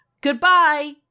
Goodbye